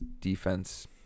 defense